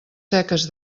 seques